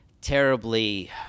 terribly